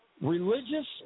religious